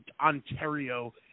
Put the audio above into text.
Ontario